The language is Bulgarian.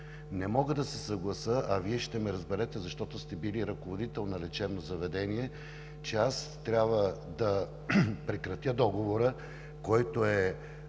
Не мога да се съглася, а Вие ще ме разберете, защото сте бил ръководител на лечебно заведение, че аз трябва да прекратя договора, който е